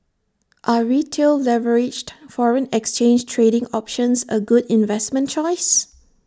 are retail leveraged foreign exchange trading options A good investment choice